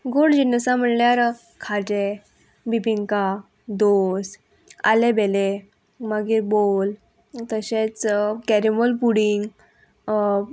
गोड जिनसां म्हणल्यार खाजें बिबिंका दोस आलेंबेलेंं मागीर बोल तशेंच कॅरमोल पुडींग